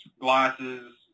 glasses